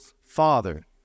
father